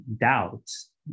doubts